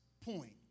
point